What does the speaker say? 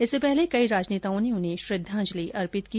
इससे पहले कई राजनेताओं ने उन्हें श्रद्वांजलि अर्पित की